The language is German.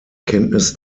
kenntnis